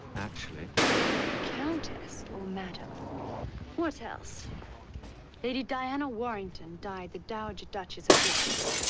actually countess or madam what else lady diana warrington died the dowager duchess of hofstra